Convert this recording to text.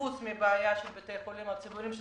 חוץ מהבעיה של בתי החולים הציבוריים,